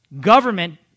government